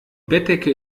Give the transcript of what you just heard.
bettdecke